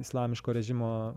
islamiško režimo